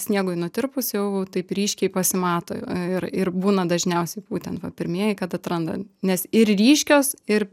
sniegui nutirpus jau taip ryškiai pasimato ir ir būna dažniausiai būtent va pirmieji kad atrandant nes ir ryškios ir